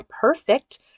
perfect